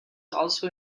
also